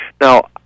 Now